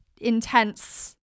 intense